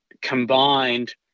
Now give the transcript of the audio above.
combined